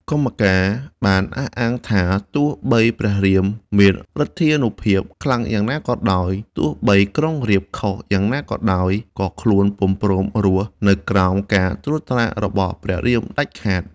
កុម្ពកាណ៍ បានអះអាងថា ទោះបីព្រះរាមមានឫទ្ធានុភាពខ្លាំងយ៉ាងណាក៏ដោយ ទោះបីក្រុងរាពណ៍ខុសយ៉ាងណាក៏ដោយ ក៏ខ្លួនពុំព្រមរស់ នៅក្រោមការត្រួតត្រារបស់ព្រះរាមដាច់ខាត។